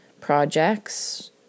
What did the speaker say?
projects